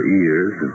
ears